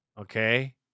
Okay